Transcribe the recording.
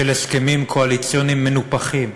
של הסכמים קואליציוניים מנופחים,